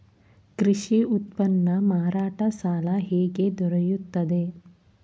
ಕೃಷಿ ಉತ್ಪನ್ನ ಮಾರಾಟ ಸಾಲ ಹೇಗೆ ದೊರೆಯುತ್ತದೆ?